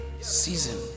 season